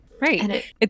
right